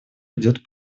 идет